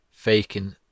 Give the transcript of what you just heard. faking